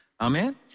Amen